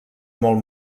molt